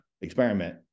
experiment